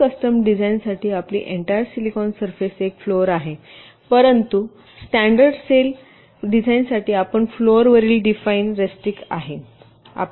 फुल custom डिझाइनसाठी आपली entire silicon surface एक फ्लोर आहे परंतु स्टॅंडर्ड सेल डिझाइनसाठी आपण फ्लोरवरील डिफाइन रिस्ट्रिक आहे